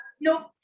Nope